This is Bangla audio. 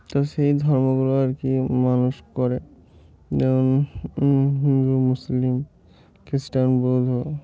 তো সেই ধর্মগুলো আর কি মানুষ করে যেমন হিন্দু মুসলিম খ্রিস্টান বৌদ্ধ